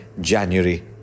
January